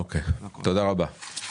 אוקיי, תודה רבה.